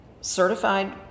certified